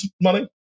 money